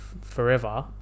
forever